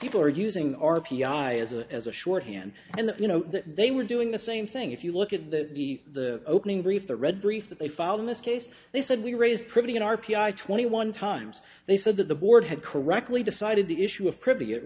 people are using r p i as a as a shorthand and you know they were doing the same thing if you look at that the the opening brief the read brief that they filed in this case they said we raised pretty r p i twenty one times they said that the board had correctly decided the issue of